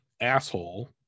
asshole